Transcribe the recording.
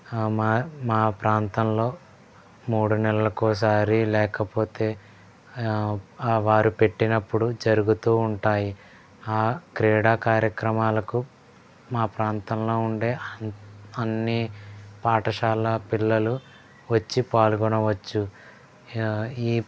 మా మా ప్రాంతంలో మూడు నెలలకు ఒకసారి లేకపోతే వారు పెట్టినప్పుడు జరుగుతు ఉంటాయి ఆ క్రీడా కార్యక్రమాలకు మా ప్రాంతంలో ఉండే అన్నీ పాఠశాల పిల్లలు వచ్చి పాల్గొనవచ్చు ఈ